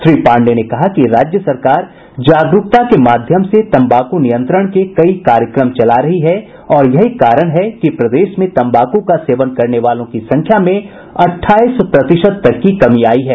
श्री पाण्डेय ने कहा कि राज्य सरकार जागरूकता के माध्यम से तम्बाकू नियंत्रण के कई कार्यक्रम चला रही है और यही कारण है कि प्रदेश में तम्बाकू का सेवन करने वालों की संख्या में अठाईस प्रतिशत तक की कमी आई है